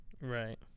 Right